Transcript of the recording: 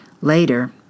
Later